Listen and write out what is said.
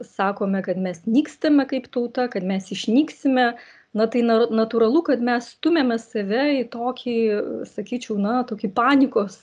sakome kad mes nykstame kaip tauta kad mes išnyksime na tai na natūralu kad mes stumiame save į tokį sakyčiau na tokį panikos